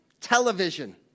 television